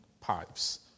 pipes